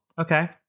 Okay